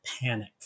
panic